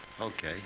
okay